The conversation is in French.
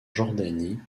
jordanie